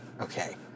okay